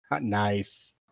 Nice